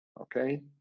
Okay